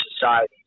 societies